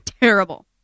Terrible